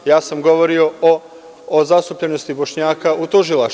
Ja sam govorio o zastupljenosti Bošnjaka u tužilaštvu…